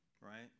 right